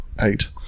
eight